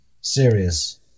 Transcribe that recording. serious